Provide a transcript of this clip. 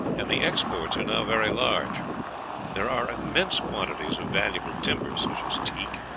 and the exports are now very large there are immense quantities of valuable timber, such as teak,